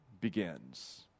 begins